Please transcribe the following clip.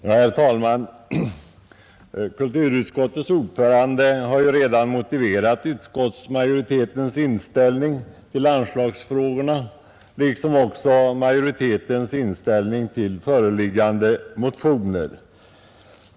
Herr talman! Kulturutskottets ordförande har redan motiverat utskottsmajoritetens inställning till anslagsfrågorna liksom också majoritetens inställning till föreliggande motioner.